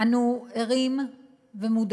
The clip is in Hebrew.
אנו ערים ומודעים